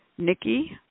Nikki